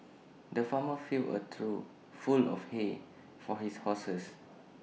the farmer filled A trough full of hay for his horses